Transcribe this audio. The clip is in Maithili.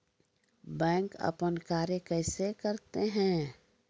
बैंक अपन कार्य कैसे करते है?